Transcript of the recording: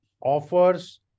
offers